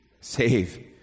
Save